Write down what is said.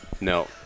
No